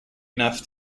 enough